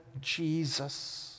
Jesus